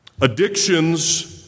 Addictions